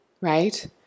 right